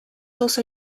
also